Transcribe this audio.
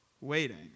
waiting